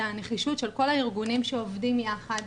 הנחישות של כל הארגונים שעובדים יחד,